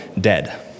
dead